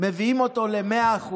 מביאים אותו ל-100%.